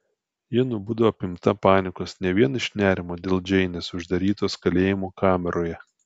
ji nubudo apimta panikos ne vien iš nerimo dėl džeinės uždarytos kalėjimo kameroje